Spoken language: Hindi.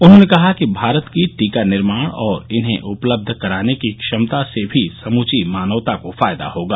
उन्होंने कहा कि भारत की टीका निर्माण और इन्हें उपलब्ध कराने की क्षमता से भी समूची मानवता को फायदा होगा